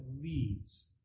leads